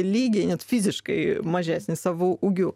lygį net fiziškai mažesnį savo ūgiu